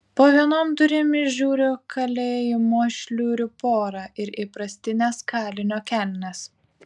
po vienom durim įžiūriu kalėjimo šliurių porą ir įprastines kalinio kelnes